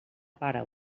pare